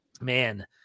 man